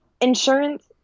insurance